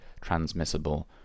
transmissible